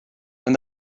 when